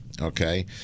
okay